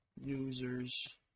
users